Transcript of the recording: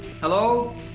Hello